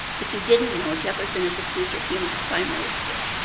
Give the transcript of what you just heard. if you didn't know, jefferson is a future phoenix primary school.